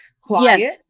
quiet